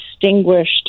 distinguished